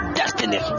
destiny